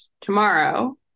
tomorrow